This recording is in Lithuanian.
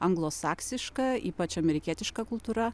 anglosaksiška ypač amerikietiška kultūra